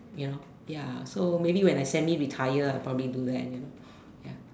you know ya so maybe when I semi retire I probably do that and you know ya